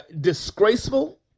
disgraceful